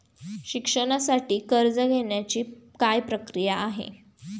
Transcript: शिक्षणासाठी कर्ज घेण्याची काय प्रक्रिया आहे?